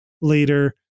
later